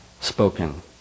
spoken